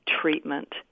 treatment